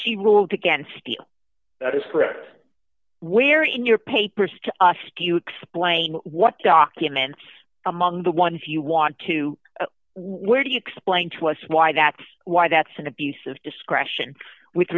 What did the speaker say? she ruled against the that is correct where in your papers to do you explain what documents among the ones you want to where do you explain to us why that's why that's an abuse of discretion with